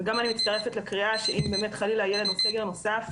אני מצטרפת לקריאה שאם באמת חלילה יהיה סגר נוסף,